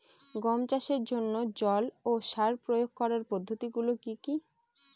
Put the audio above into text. গম চাষের জন্যে জল ও সার প্রয়োগ করার পদ্ধতি গুলো কি কী?